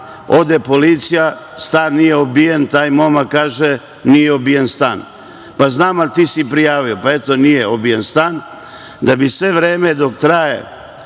Ode policija, stan nije obijen, taj momak kaže – nije obijen stan. Pa, znam, ali ti si prijavio. Pa, eto, nije obijen stan, da bi sve vreme dok traje